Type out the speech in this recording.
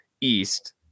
East